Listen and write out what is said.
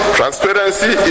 transparency